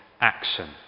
action